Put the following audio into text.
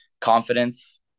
confidence